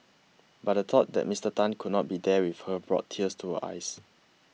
but the thought that Mister Tan could not be there with her brought tears to her eyes